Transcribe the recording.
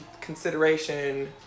consideration